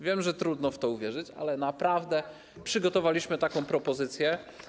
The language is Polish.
Wiem, że trudno w to uwierzyć, ale naprawdę przygotowaliśmy taką propozycję.